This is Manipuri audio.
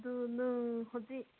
ꯑꯗꯨ ꯅꯪ ꯍꯧꯖꯤꯛ